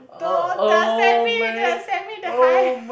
don't t~ send me the send me the high